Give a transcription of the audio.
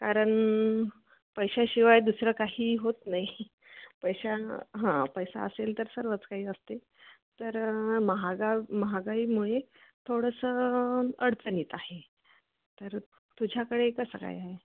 कारण पैशाशिवाय दुसरं काही होत नाही पैशा हां पैसा असेल तर सर्वच काही असते तर महागाव महागाईमुळे थोडंसं अडचणीत आहे तर तुझ्याकडे कसं काय आहे